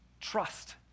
trust